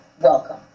welcome